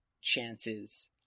chances